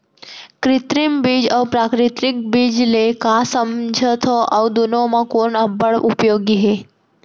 कृत्रिम बीज अऊ प्राकृतिक बीज ले का समझथो अऊ दुनो म कोन अब्बड़ उपयोगी हे?